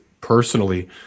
personally